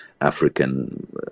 African